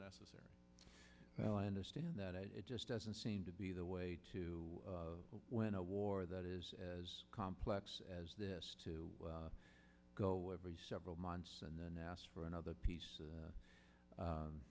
necessary well i understand that it just doesn't seem to be the way to win a war that is as complex as this to go every several months and then asked for another piece